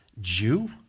Jew